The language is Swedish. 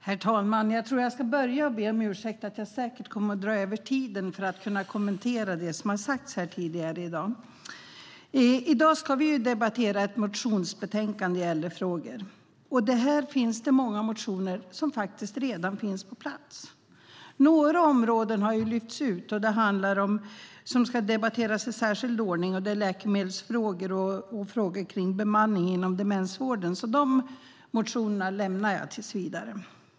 Herr talman! Jag ska börja med att be om ursäkt för att jag säkert kommer att dra över den anmälda talartiden för att kunna kommentera det som tidigare sagts i debatten. Vi ska i dag debattera ett motionsbetänkande gällande äldrefrågor. Här finns många motioner som faktiskt redan är på plats. Några områden har lyfts ut och ska debatteras i särskild ordning, nämligen läkemedelsfrågor och frågor om bemanning inom demensvården. De motionerna lämnar jag därför tills vidare.